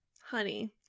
Honey